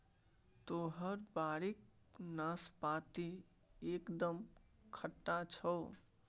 तोहर बाड़ीक नाशपाती एकदम खट्टा छौ